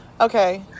Okay